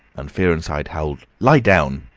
and fearenside howled, lie down!